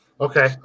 Okay